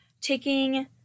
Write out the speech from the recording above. taking